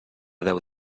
déu